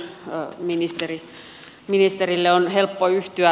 näihin kehuihin ministerille on helppo yhtyä